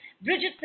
Bridget